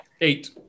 Eight